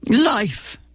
life